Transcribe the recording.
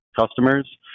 customers